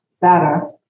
better